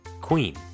Queen